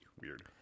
Weird